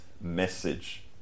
message